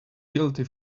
guilty